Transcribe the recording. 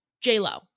J-Lo